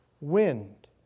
wind